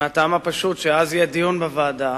מהטעם הפשוט שאז יהיה דיון בוועדה